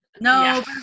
no